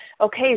Okay